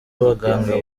abaganga